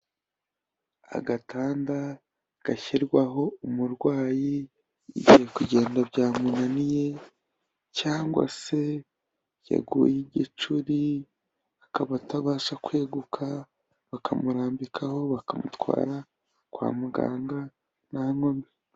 Agatanda gashyirwaho umurwayi igihe kugenda byamunaniye cyangwa se yaguye igicuri akaba atabasha kweguka bakamurambikaho bakamutwara kwa muganga nta nkomyi.